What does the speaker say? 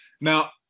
Now